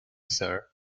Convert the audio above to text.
sir